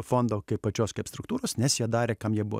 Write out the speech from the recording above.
fondo kaip pačios kaip struktūros nes jie darė kam jie buvo